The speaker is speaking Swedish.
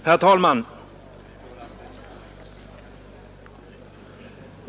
Herr talman!